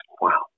Wow